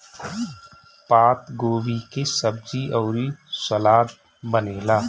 पातगोभी के सब्जी अउरी सलाद बनेला